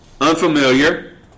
unfamiliar